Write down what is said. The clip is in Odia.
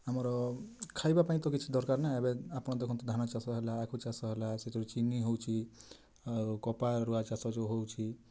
ଆମର ଖାଇବା ପାଇଁ ତ କିଛି ଦରକାର ନା ଏବେ ଆପଣ ଦେଖନ୍ତୁ ଧାନ ଚାଷ ହେଲା ଆଖୁ ଚାଷ ହେଲା ସେଥିରୁ ଚିନି ହଉଛି ଆଉ କପା ରୁଆ ଚାଷ ଯେଉଁ ହଉଛି